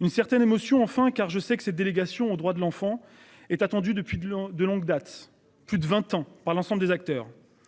Une certaine émotion enfin car je sais que cette délégation aux droits de l'enfant est attendu depuis de longs de longue date. Plus de 20 ans par l'ensemble des acteurs